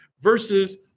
versus